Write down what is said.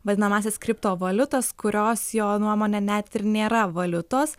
vadinamąsias kriptovaliutas kurios jo nuomone net nėra valiutos